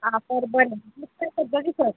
आं बरें बरें मिस्टेक सर